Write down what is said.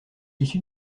issu